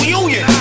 union